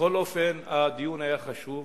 בכל אופן, הדיון היה חשוב.